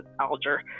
Alger